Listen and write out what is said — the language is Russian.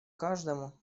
каждому